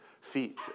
feet